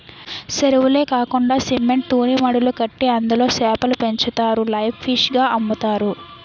సెరువులే కాకండా సిమెంట్ తూనీమడులు కట్టి అందులో సేపలు పెంచుతారు లైవ్ ఫిష్ గ అమ్ముతారు